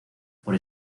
por